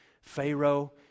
Pharaoh